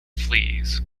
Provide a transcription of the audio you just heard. fleas